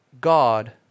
God